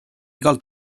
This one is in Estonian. igal